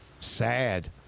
Sad